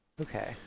Okay